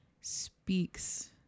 speaks